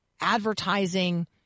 advertising